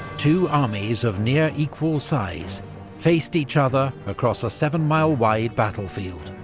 two armies of near equal size faced each other across a seven mile wide battlefield.